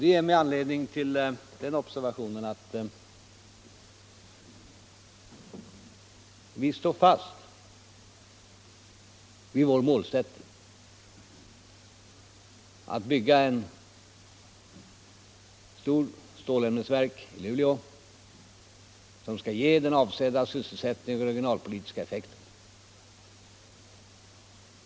Det ger mig anledning till den deklarationen att vi står fast vid vår målsättning att bygga ett stort stålämnesverk i Luleå, som skall ge den avsedda sysselsättningen och de planerade regionalpolitiska effekterna.